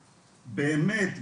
באמת,